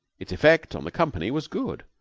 its effect on the company was good.